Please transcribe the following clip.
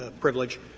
privilege